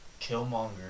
Killmonger